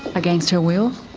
against her will?